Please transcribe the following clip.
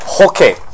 okay